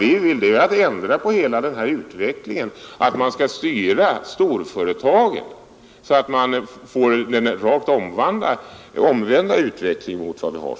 Vi vill ändra hela Nr 122 utvecklingen så att man styr storföretagen och på så sätt får den rakt Fredagen den omvända utvecklingen mot för närvarande.